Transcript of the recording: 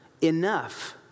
enough